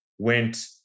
went